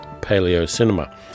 paleocinema